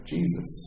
Jesus